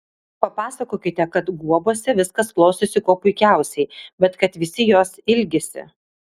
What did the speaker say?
papasakokite kad guobose viskas klostosi kuo puikiausiai bet kad visi jos ilgisi